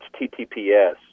HTTPS